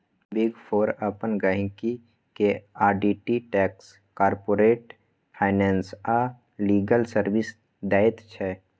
big four अपन गहिंकी केँ आडिट टैक्स, कारपोरेट फाइनेंस आ लीगल सर्विस दैत छै